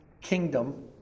kingdom